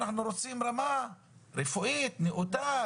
אנחנו רוצים רמה רפואית נאותה,